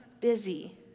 busy